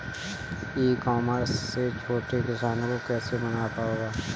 ई commerce से छोटे किसानों को कैसे मुनाफा होगा?